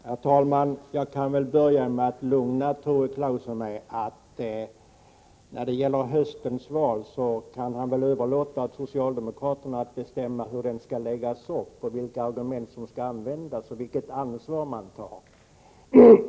Herr talman! Jag börjar med att lugna Tore Claeson genom att säga, att när det gäller höstens val kan han överlåta åt socialdemokraterna att bestämma hur valrörelsen skall läggas upp och vilka argument som skall framföras samt vilket ansvar man skall ta.